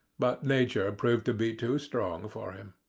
but nature proved to be too strong for him.